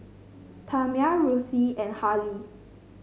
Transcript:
Tamia Ruthie and Harlie